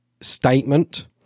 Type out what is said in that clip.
statement